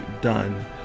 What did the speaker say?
done